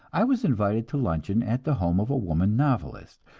i was invited to luncheon at the home of a woman novelist,